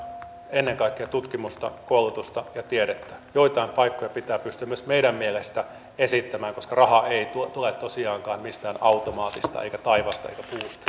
ennen kaikkea tutkimusta koulutusta ja tiedettä joitain paikkoja pitää pystyä myös meidän mielestämme esittämään koska rahaa ei tule tosiaankaan mistään automaatista eikä taivaasta eikä